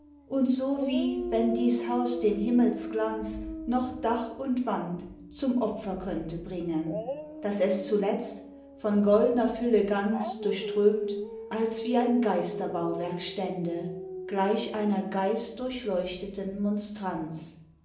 durchschwingen und so wie wenn dies haus dem himmmelsglanz noch dach und wand zum opfer könnte bringen daß es zuletzt von goldner fülle ganz durchströmt als wie ein geisterbauwerk stände gleich einer geistdurchleuchteten monstranz